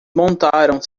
montaram